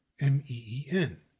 M-E-E-N